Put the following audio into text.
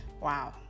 Wow